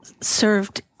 served